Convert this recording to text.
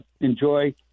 enjoy